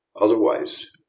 Otherwise